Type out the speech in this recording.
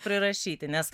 prirašyti nes